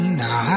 now